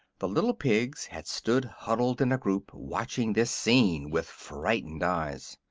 the little pigs had stood huddled in a group, watching this scene with frightened eyes.